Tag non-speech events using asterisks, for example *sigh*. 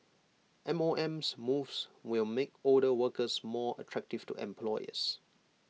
M O M *unintelligible* moves will make older workers more attractive to employers